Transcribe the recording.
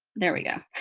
there we go.